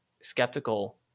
skeptical